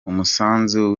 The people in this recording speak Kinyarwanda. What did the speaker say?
umusanzu